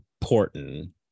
important